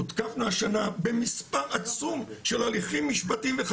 הותקפנו השנה במספר עצום של הליכים משפטיים.